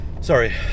Sorry